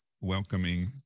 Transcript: welcoming